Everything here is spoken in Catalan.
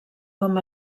com